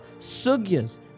sugyas